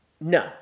No